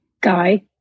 Guy